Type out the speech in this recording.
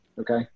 Okay